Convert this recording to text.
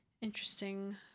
Interesting